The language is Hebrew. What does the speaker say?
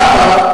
למה?